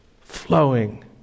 flowing